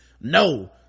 no